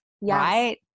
right